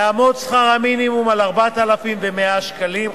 יהיה שכר המינימום 4,100 שקלים חדשים.